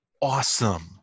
awesome